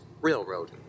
railroad